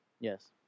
Yes